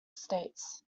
states